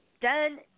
done